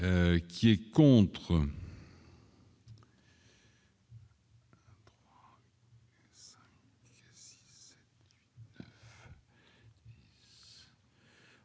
Qui est contre.